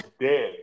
dead